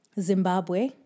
Zimbabwe